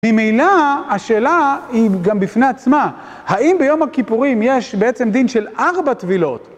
ממילא, השאלה היא גם בפני עצמה - האם ביום הכיפורים יש בעצם דין של ארבע טבילות?